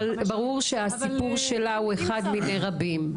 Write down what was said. ברור שהסיפור שלה הוא אחד מיני רבים.